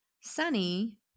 sunny